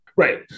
Right